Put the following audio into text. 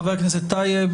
חבר הכנסת טייב.